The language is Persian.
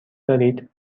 دارید